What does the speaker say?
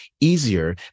easier